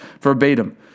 verbatim